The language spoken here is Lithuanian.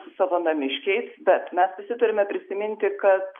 su savo namiškiais bet mes visi turime prisiminti kad